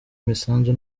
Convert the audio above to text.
misanzu